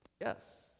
Yes